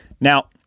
Now